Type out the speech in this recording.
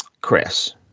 Chris